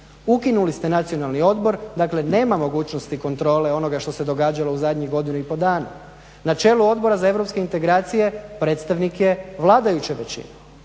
Ukinuli ste Nacionalni odbor, dakle nema mogućnosti kontrole onoga što se događalo u zadnjih godinu i pol dana. Na čelu Odbora za europske integracije predstavnik je vladajuće većine.